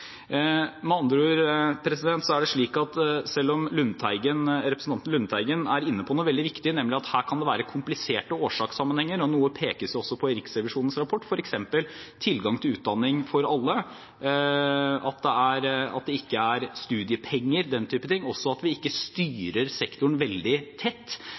Med andre ord er det slik at selv om representanten Lundteigen er inne på noe veldig viktig, nemlig at her kan det være kompliserte årsakssammenhenger, og noe pekes det også på i Riksrevisjonens rapport, f.eks. tilgang til utdanning for alle, at det ikke er studiepenger og den type ting, og også at vi ikke styrer sektoren veldig tett